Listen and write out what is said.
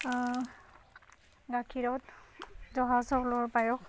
গাখীৰত জহা চাউলৰ পায়স